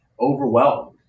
overwhelmed